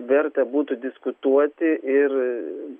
verta būtų diskutuoti ir